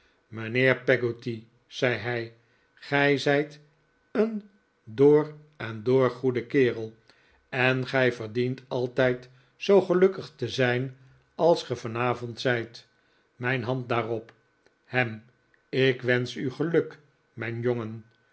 mijnheer peggotty zei hij gij zijt een door en door goede kerel en gij verdient altijd zoo gelukkig te zijn als ge vanavond zijt mijn hand daarop ham ik wensch u geluk mijn jongen